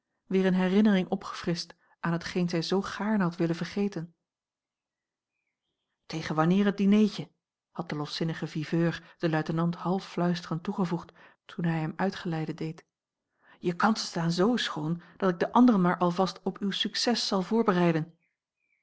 langs een omweg opgefrischt aan hetgeen zij zoo gaarne had willen vergeten tegen wanneer het dineetje had de loszinnige viveur den luitenant half fluisterend toegevoegd toen hij hem uitgeleide deed je kansen staan z schoon dat ik de anderen maar alvast op uw succès zal voorbereiden